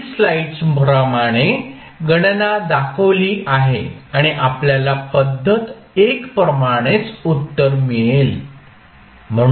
वरील स्लाइड्स प्रमाणे गणना दाखवली आहे आणि आपल्याला पद्धत 1 प्रमाणेच उत्तर मिळेल